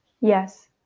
Yes